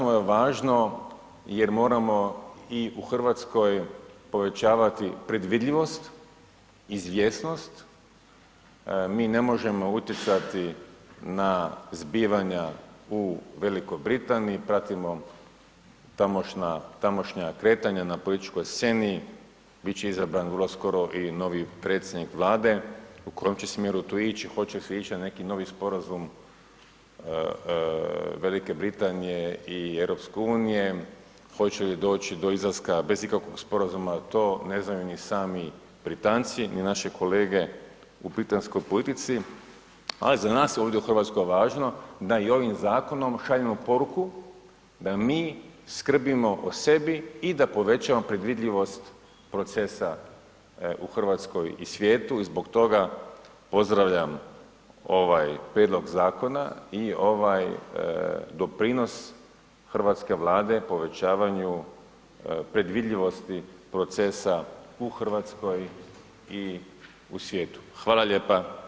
Ovo je važno jer moramo i u Hrvatskoj povećavati predvidljivost, izvjesnost, mi ne možemo utjecati na zbivanja u Velikoj Britaniji, pratimo tamošnja kretanja na političkoj sceni, bit će izabran vrlo skoro i novi predsjednik Vlade, u kojem smjeru će tu ići, hoće se ići na neki novi sporazum Velike Britanije i EU-a, hoće li doći do izlaska bez ikakvog sporazuma, to ne znaju ni sami Britanci ni naše kolege u britanskoj politici a za nas je ovdje u Hrvatskoj važno da im ovim zakonom šaljemo poruku da mi skrbimo o sebi i da povećamo predvidljivost procesa u Hrvatskoj i svijetu, zbog toga pozdravljam ovaj prijedlog zakona i ovaj doprinos hrvatske Vlade u povećavanju predvidljivosti procesa u Hrvatskoj i u svijetu, hvala lijepa.